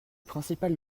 principales